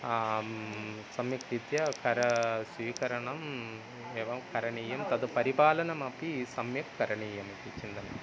सम्यक्रीत्या करं स्वीकरणम् एवं करणीयं तत् परिपालनमपि सम्यक् करणीयमिति चिन्तनम्